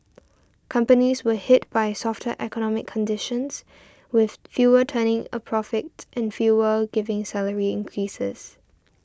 companies were hit by softer economic conditions with fewer turning a profit and fewer giving salary increases